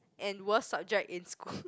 and worst subject in school